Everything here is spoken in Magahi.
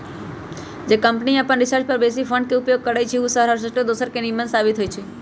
जे कंपनी अप्पन रिसर्च पर बेशी फंड के उपयोग करइ छइ उ हरसठ्ठो दोसर से निम्मन साबित होइ छइ